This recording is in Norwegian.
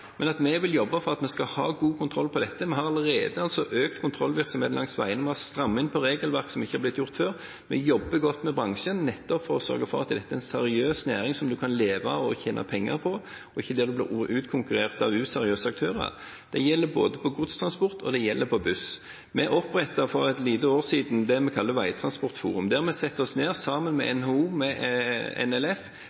men som vi jobber for at vi skal ha god kontroll med. Vi har allerede økt kontrollvirksomhet langs veiene. Vi har strammet inn på regelverk som ikke er strammet inn før. Vi jobber godt med bransjen nettopp for å sørge for at dette skal være en seriøs næring som man kan leve av og tjene penger på, og ikke skal være en næring der man blir utkonkurrert av useriøse aktører. Dette gjelder både godstransport og buss. Vi åpnet for et lite år siden det vi kaller Veitransportforum, der vi setter oss ned sammen med